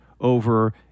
over